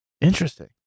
Interesting